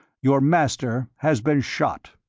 your master has been shot.